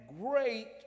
great